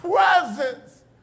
presence